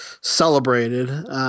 celebrated